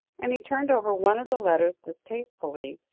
and he turned over one of the letters distastefully,